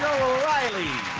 riley